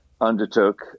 undertook